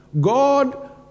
God